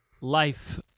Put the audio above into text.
Life